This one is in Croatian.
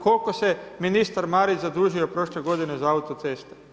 Koliko se ministar Marić zadužio prošle godine za autoceste.